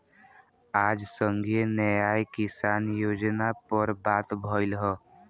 आज संघीय न्याय किसान योजना पर बात भईल ह